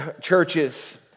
churches